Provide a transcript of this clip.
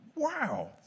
Wow